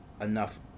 enough